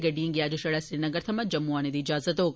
गड्डियें गी अज्ज छड़ा श्रीनगर सवां जम्मू औने दी इजाजत होग